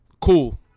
cool